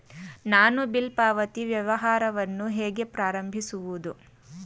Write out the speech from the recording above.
ನಾನು ಬಿಲ್ ಪಾವತಿ ವ್ಯವಹಾರವನ್ನು ಹೇಗೆ ಪ್ರಾರಂಭಿಸುವುದು?